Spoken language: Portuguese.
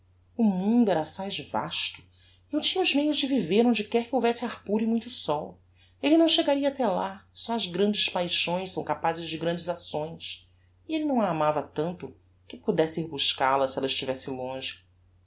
o mundo era assás vasto e eu tinha os meios de viver onde quer que houvesse ar puro e muito sol elle não chegaria até lá só as grandes paixões são capazes de grandes acções e elle não a amava tanto que pudesse ir buscal-a se ella estivesse longe